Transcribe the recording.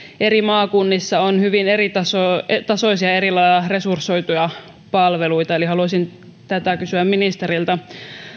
eri maakunnissa on hyvin eritasoisia eritasoisia eri lailla resursoituja palveluita eli haluaisin tätä kysyä ministeriltä